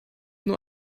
nur